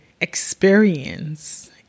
experience